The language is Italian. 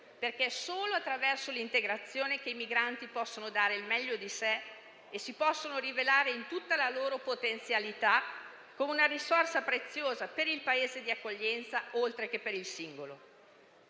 perché è solo attraverso l'integrazione che i migranti possono dare il meglio di sé e si possono rivelare in tutta la loro potenzialità, come una risorsa preziosa per il Paese di accoglienza, oltre che per il singolo.